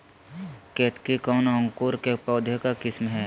केतकी कौन अंकुर के पौधे का किस्म है?